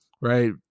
right